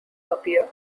appear